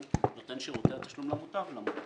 נותן שירותי התשלום למוטב ובין המוטב.